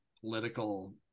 political